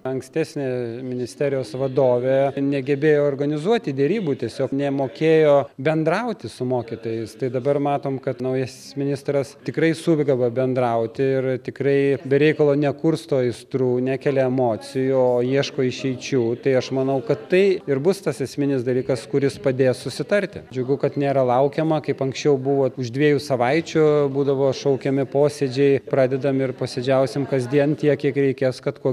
ankstesnė ministerijos vadovė negebėjo organizuoti derybų tiesiog nemokėjo bendrauti su mokytojais tai dabar matom kad naujasis ministras tikrai sugeba bendrauti ir tikrai be reikalo nekursto aistrų nekelia emocijų o ieško išeičių tai aš manau kad tai ir bus tas esminis dalykas kuris padės susitarti džiugu kad nėra laukiama kaip anksčiau buvo už dviejų savaičių būdavo šaukiami posėdžiai pradedam ir posėdžiausim kasdien tiek kiek reikės kad kuo